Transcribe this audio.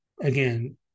again